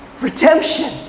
Redemption